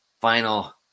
final